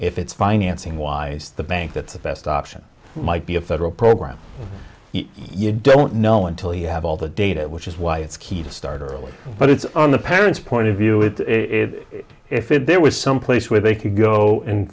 if it's financing wise the bank that best option might be a federal program you don't know until you have all the data which is why it's key to start early but it's on the parents point of view is it if if there was some place where they could go and